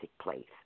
place